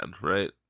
right